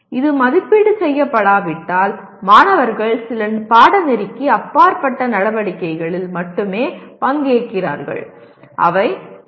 இது மதிப்பீடு செய்யப்படாவிட்டால் மாணவர்கள் சில பாடநெறிக்கு அப்பாற்பட்ட நடவடிக்கைகளில் மட்டுமே பங்கேற்கிறார்கள் அவை பி